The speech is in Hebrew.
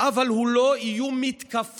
אבל הוא לא איום מתקפתי".